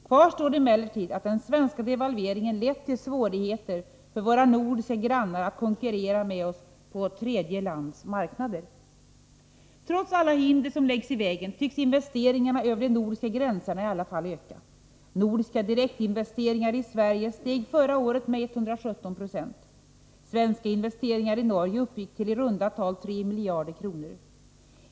Kvar står emellertid att den svenska devalveringen lett till svårigheter för våra nordiska grannar att konkurrera med oss på tredje lands marknader. Trots alla hinder som läggs i vägen tycks investeringarna över de nordiska gränserna i alla fall öka. Nordiska direktinvesteringar i Sverige steg förra året med 117 96. Svenska investeringar i Norge uppgick till i runda tal 3 miljarder kronor.